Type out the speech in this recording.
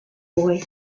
boy